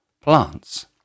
plants